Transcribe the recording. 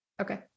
Okay